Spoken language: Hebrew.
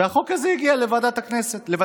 והחוק הזה הגיע לוועדת הכספים.